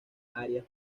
áreas